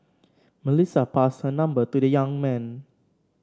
Melissa passed her number to the young man